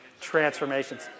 transformations